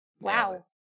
Wow